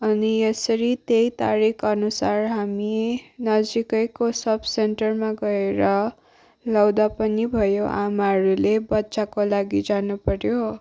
अनि यसरी त्यही तारिखअनुसार सेन्टरमा गएर लाउँदा पनि भयो आमाहरूले बच्चाको लागि जानुपर्यो